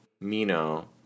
Mino